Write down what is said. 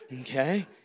okay